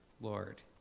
Lord